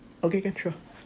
okay can sure